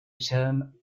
term